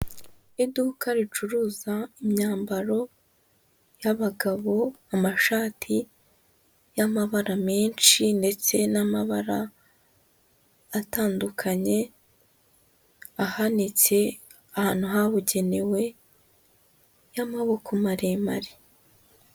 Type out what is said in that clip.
Iduka ricuruza imyambaro y'abagabo, amashati y'amabara menshi ndetse n'amabara atandukanye, ahanitse ahantu habugenewe y'amaboko maremare.